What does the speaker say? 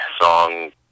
song